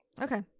Okay